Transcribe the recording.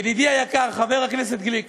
ידידי היקר חבר הכנסת גליק,